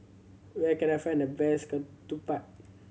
where can I find the best Ketupat